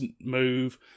move